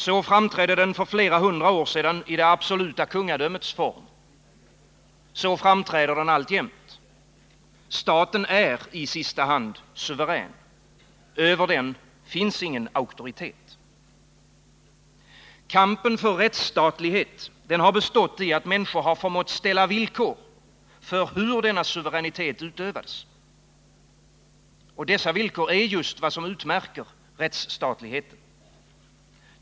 Så framträdde den för flera hundra år sedan i det absoluta kungadömets form. Så framträder den alltjämt. Staten är i sista hand suverän. Över den finns ingen auktoritet. Kampen för rättsstatlighet har bestått i att människor förmått ställa villkor för hur denna suveränitet utövades. Dessa villkor är vad som utmärker rättsstatligheten.